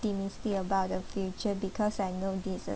about the future because I know this is a